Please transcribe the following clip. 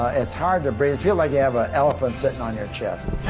ah it's hard to breath, feel like you have ah an elephant sitting on your chest.